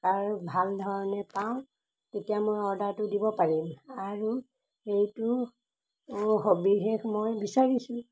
আৰু ভাল ধৰণে পাওঁ তেতিয়া মই অৰ্ডাৰটো দিব পাৰিম আৰু সেইটো সবিশেষ মই বিচাৰিছোঁ